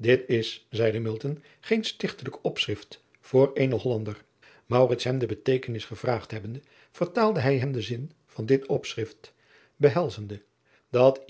it is zeide geen stichtelijk opschrift voor eenen ollander hem de beteekenis gevraagd hebbende vertaalde hij hem den zin van dit opschrift behelzende dat